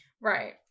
right